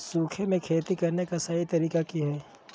सूखे में खेती करने का सही तरीका की हैय?